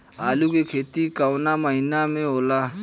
आलू के खेती कवना महीना में होला?